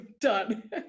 done